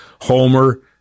Homer